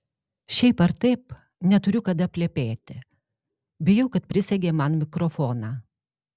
šiaip ar taip neturiu kada plepėti bijau kad prisegė man mikrofoną